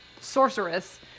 sorceress